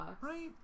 Right